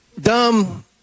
dumb